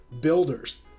builders